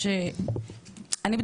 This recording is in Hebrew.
גם לא ניסיתי להתקיל באמת,